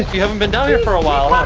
you haven't been down here for a while, huh?